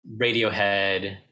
Radiohead